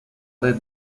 red